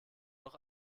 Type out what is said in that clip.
noch